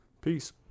Peace